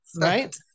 Right